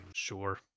sure